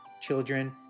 children